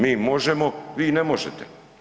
Mi možemo, vi ne možete.